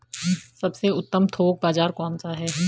सबसे उत्तम थोक बाज़ार कौन सा है?